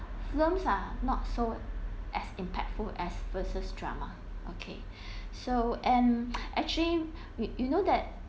films are not so as impactful as versus drama okay so and actually we you know that